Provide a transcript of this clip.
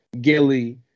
Gilly